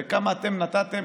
וכמה אתם נתתם,